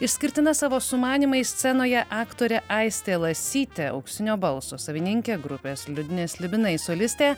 išskirtina savo sumanymais scenoje aktorė aistė lasytė auksinio balso savininkė grupės liūdni slibinai solistė